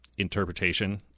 interpretation